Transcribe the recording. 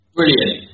Brilliant